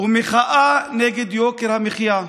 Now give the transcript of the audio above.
ומחאה נגד יוקר המחיה.